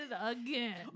again